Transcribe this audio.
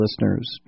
listeners